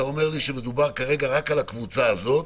אתה אומר לי שמדובר כרגע רק על הקבוצה הזאת,